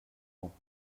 ans